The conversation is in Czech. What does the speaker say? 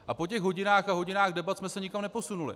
A po těch hodinách a hodinách debat jsme se nikam neposunuli.